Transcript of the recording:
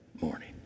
morning